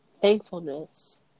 thankfulness